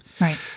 Right